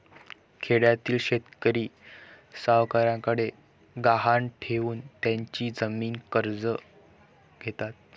खेड्यातील शेतकरी सावकारांकडे गहाण ठेवून त्यांची जमीन कर्ज घेतात